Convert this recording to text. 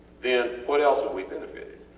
then what else have we benefitted?